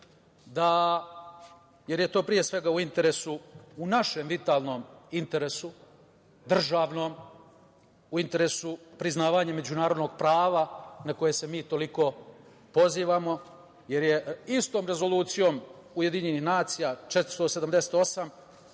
jer je to, pre svega, u interesu, u našem vitalnom interesu, državnom, u interesu priznavanja međunarodnog prava, na koje se mi toliko pozivamo, jer istom Rezolucijom UN 478,